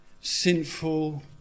sinful